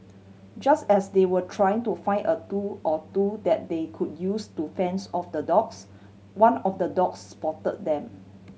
just as they were trying to find a tool or two that they could use to fends off the dogs one of the dogs spot them